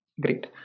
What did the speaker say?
Great